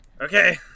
Okay